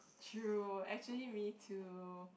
true actually me too